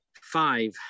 five